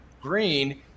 green